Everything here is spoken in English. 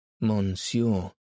Monsieur